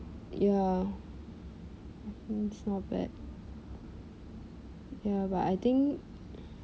ya it's not bad ya but I think